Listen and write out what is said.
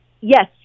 Yes